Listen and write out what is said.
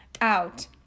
out